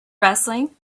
wrestling